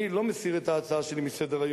אני לא מסיר את ההצעה שלי מסדר-היום,